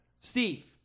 Steve